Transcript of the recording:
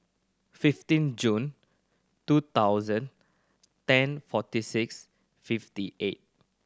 fifteen June two thousand ten forty six fifty eight